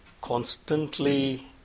constantly